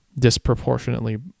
disproportionately